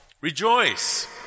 Rejoice